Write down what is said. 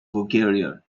bulgaria